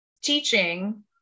teaching